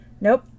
Nope